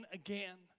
again